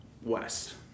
West